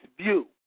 view